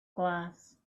glass